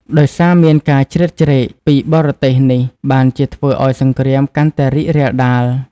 ដោយសារមានការជ្រៀតជ្រែកពីបរទេសនេះបានជាធ្វើឱ្យសង្គ្រាមកាន់តែរីករាលដាល។